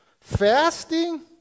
Fasting